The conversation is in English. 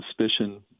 suspicion